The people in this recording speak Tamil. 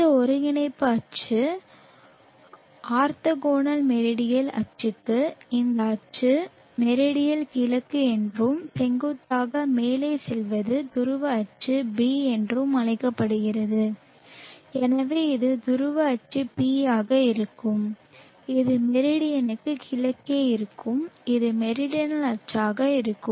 இந்த ஒருங்கிணைப்பு அச்சு ஆர்த்தோகனல் மெரிடியல் அச்சுக்கு இந்த அச்சு மெரிடியனின் கிழக்கு என்றும் செங்குத்தாக மேலே செல்வது துருவ அச்சு பி என்றும் அழைக்கப்படுகிறது எனவே இது துருவ அச்சு P ஆக இருக்கும் இது மெரிடியனுக்கு கிழக்கே இருக்கும் இது மெரிடனல் அச்சாக இருக்கும்